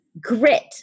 Grit